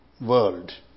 world